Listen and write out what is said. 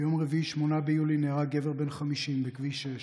ביום רביעי, 8 ביוני, נהרג גבר בן 50 בכביש 6